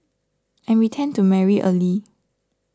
and we tend to marry early